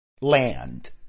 land